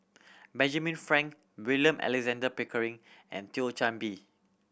Benjamin Frank William Alexander Pickering and Thio Chan Bee